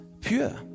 pure